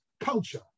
culture